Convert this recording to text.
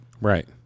Right